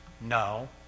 no